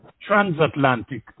transatlantic